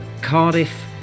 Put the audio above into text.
Cardiff